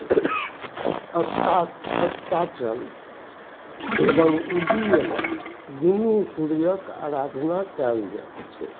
अस्ता अस्ताचल एवम उदीयमान दुनू सूर्यके आराधना कएल जाइ छै